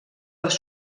les